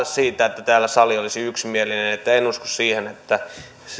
siitä saada että täällä sali olisi ollut yksimielinen en usko siihen että